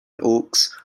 oakes